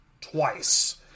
twice